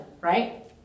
right